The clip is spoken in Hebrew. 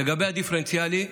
לגבי הדיפרנציאלי,